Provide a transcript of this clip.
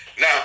now